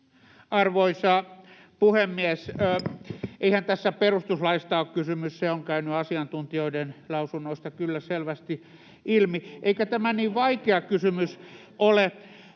Arvoisa puhemies! Eihän tässä perustuslaista ole kysymys, se on käynyt asiantuntijoiden lausunnoista kyllä selvästi ilmi, [Paavo Arhinmäki: Suurin